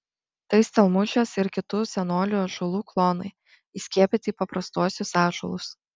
tai stelmužės ir kitų senolių ąžuolų klonai įskiepyti į paprastuosius ąžuolus